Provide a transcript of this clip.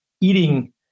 eating